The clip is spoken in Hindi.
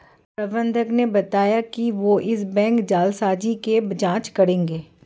प्रबंधक ने बताया कि वो इस बैंक जालसाजी की जांच करेंगे